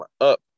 up